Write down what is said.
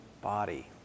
body